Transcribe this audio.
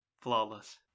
Flawless